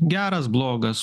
geras blogas